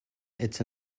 its